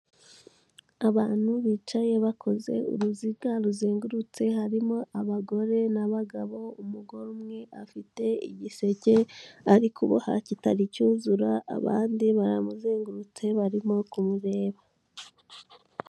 Abantu bicaye bakoze uruziga ruzengurutse, harimo abagore n'abagabo, umugore umwe afite igiseke ari kuboha kitari cyuzura, abandi baramuzengurutse, barimo kumureba.